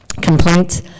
complaints